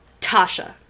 Tasha